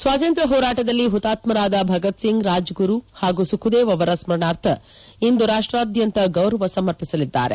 ಸ್ವಾತಂತ್ರ್ಯ ಹೋರಾಟದಲ್ಲಿ ಹುತಾತ್ಮರಾದ ಭಗತ್ಸಿಂಗ್ ರಾಜ್ಗುರು ಹಾಗೂ ಸುಖ್ದೇವ್ ಅವರ ಸ್ಲರಣಾರ್ಥ ಇಂದು ರಾಷ್ಟಾದ್ಯಂತ ಗೌರವ ಸಮರ್ಪಿಸಲಿದ್ದಾರೆ